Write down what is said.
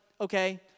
okay